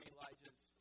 Elijah's